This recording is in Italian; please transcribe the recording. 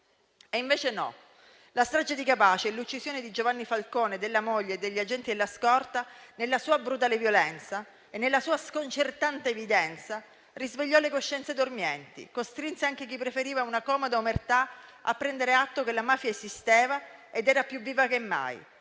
E invece no. La strage di Capaci e l'uccisione di Giovanni Falcone, della moglie e degli agenti della scorta, nella sua brutale violenza e nella sua sconcertante evidenza, risvegliò le coscienze dormienti e costrinse anche chi preferiva una comoda omertà a prendere atto del fatto che la mafia esisteva ed era più viva che mai.